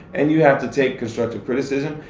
and you have to take constructive criticism,